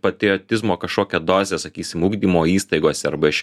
patriotizmo kažkokią dozę sakysim ugdymo įstaigose arba iš